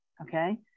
Okay